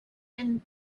been